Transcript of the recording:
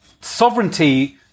sovereignty